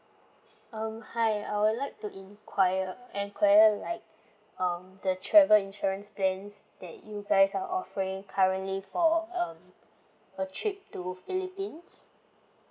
um hi I would like to enquire enquire like um the travel insurance plans that you guys are offering currently for um a trip to philippines